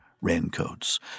raincoats